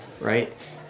right